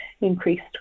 increased